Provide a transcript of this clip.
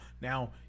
now